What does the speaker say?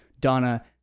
Donna